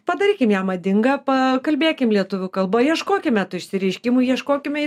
padarykim ją madinga pakalbėkim lietuvių kalba ieškokime tų išsireiškimų ieškokime